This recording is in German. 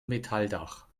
metalldach